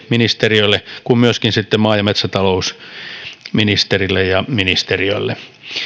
ministeriölle kuin myöskin sitten maa ja metsätalousministerille ja ministeriölle